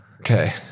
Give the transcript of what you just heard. okay